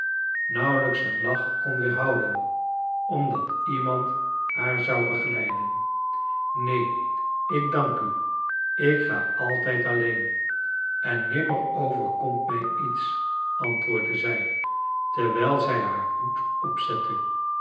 nauwelijks een lach kon weerhouden omdat iemand haar zou begeleiden neen ik dank u ik ga altijd alleen en nimmer overkomt mij iets antwoordde zij terwijl zij haar hoed opzette